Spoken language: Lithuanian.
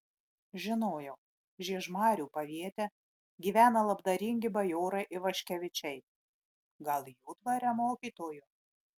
žinojau žiežmarių paviete gyvena labdaringi bajorai ivaškevičiai gal jų dvare mokytoju